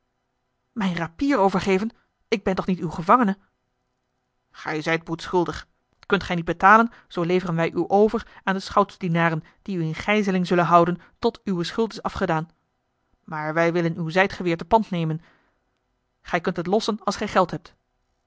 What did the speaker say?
mijn rapier overgeven ik ben toch niet uw gevangene gij zijt boetschuldig kunt gij niet betalen zoo leveren wij u over aan de schoutsdienaren die u in gijzeling zullen houden tot uwe schuld is afgedaan maar wij willen uw zijdgeweer te pand nemen gij kunt het lossen als gij geld hebt